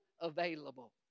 available